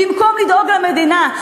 במקום לדאוג למדינה.